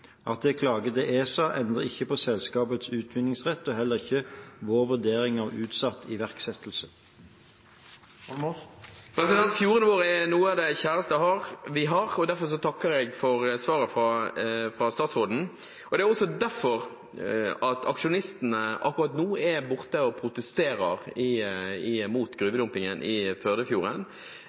At det er klaget til ESA, endrer ikke på selskapets utvinningsrett og heller ikke vår vurdering av utsatt iverksettelse. Fjordene våre er noe av det kjæreste vi har, og derfor takker jeg for svaret fra statsråden. Det er også derfor aksjonistene akkurat nå er borte og protesterer mot gruvedumpingen i Førdefjorden